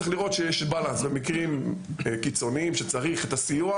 צריך לראות שיש באלאנס במקרים קיצוניים שצריך את הסיוע,